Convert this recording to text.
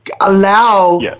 allow